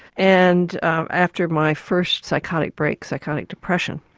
and after my first psychotic break, psychotic depression.